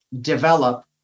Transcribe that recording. develop